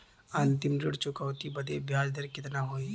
अंतिम ऋण चुकौती बदे ब्याज दर कितना होई?